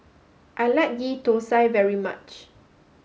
I like Ghee Thosai very much